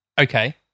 Okay